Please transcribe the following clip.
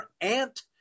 aunt